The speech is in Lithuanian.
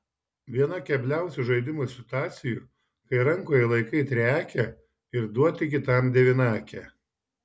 viena kebliausių žaidimo situacijų kai rankoje laikai triakę ir duoti kitam devynakę